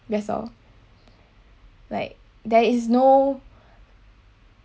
that's all like there is no